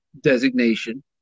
Designation